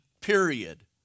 period